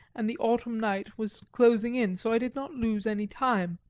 and the autumn night was closing in, so i did not lose any time.